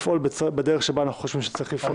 ולפעול בדרך שבה אנחנו חושבים שצריך לפעול.